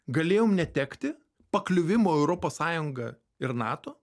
galėjom netekti pakliuvimo į europos sąjungą ir nato